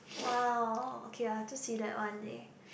!wow! okay I will just see that one day